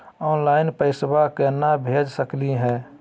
Online पैसवा केना भेज सकली हे?